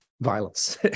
violence